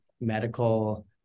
medical